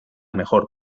mejor